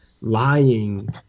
lying